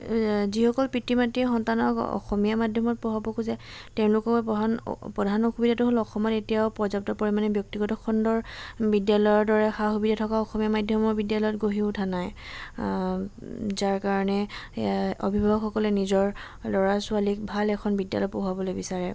যিসকল পিতৃ মাতৃ সন্তানক অসমীয়া মাধ্যমত পঢ়াব খোজে তেওঁলোকৰ পঢ়া প্ৰধান অসুবিধাটো হ'ল অসমত এতিয়াও পৰ্যাপ্ত পৰিমাণে ব্যক্তিগত খণ্ডৰ বিদ্যালয়ৰ দৰে সা সুবিধা থকা অসমীয়া মাধ্যমৰ বিদ্যালয় গঢ়ি উঠা নাই যাৰ কাৰণে অভিভাৱকসকলে নিজৰ ল'ৰা ছোৱালীক ভাল এখন বিদ্যালয় পঢ়াবলৈ বিচাৰে